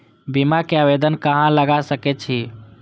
बीमा के आवेदन कहाँ लगा सके छी?